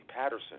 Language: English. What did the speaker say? Patterson